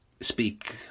speak